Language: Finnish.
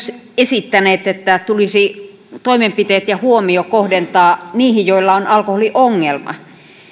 esittäneet että toimenpiteet ja huomio tulisi kohdentaa niihin joilla on alkoholiongelma